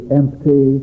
empty